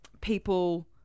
people